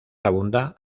abunda